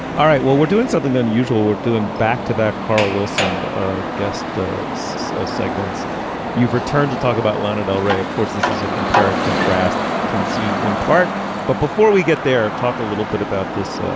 all right. well we're doing something unusual we're doing back to back carl wilson guest so segments you've returned to talk about lana del ray of course this is a compare and contrast conceit in part but before we get there talk a little bit about this.